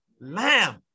Lamb